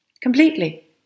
completely